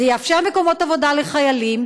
זה יאפשר מקומות עבודה לחיילים,